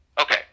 Okay